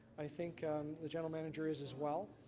i think the general manager is as well.